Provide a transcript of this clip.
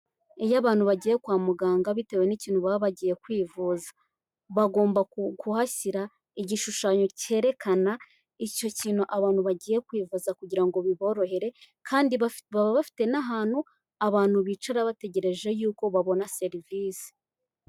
Iyo abantu bagiye kwa muganga bitewe n'ikintu baba bagiye kwivuza. Bagomba kuhashyira igishushanyo kerekana icyo kintu abantu bagiye kwivuza kugira ngo biborohere kandi baba bafite n'ahantu abantu bicara bategereje yuko babona serivisi.